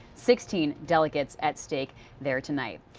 sixteen delegates at stake there tonight.